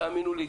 תאמינו לי,